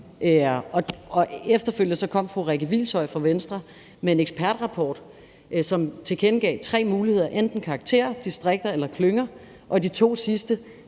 Efterfølgende kom fru Rikke Hvilshøj fra Venstre med en ekspertrapport, som pegede på tre muligheder, enten karakterer, distrikter eller klynger, og med de to sidste